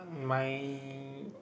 my